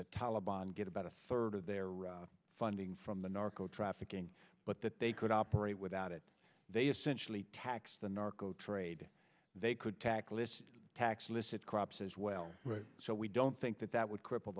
the taliban get about a third of their funding from the narco trafficking but that they could operate without it they essentially tax the narco trade they could tackle this tax licit crops as well so we don't think that that would cripple